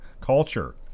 culture